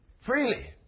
Freely